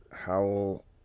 Howell